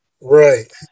Right